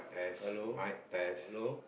hello hello